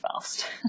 fast